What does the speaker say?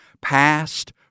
past